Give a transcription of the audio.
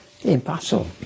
impossible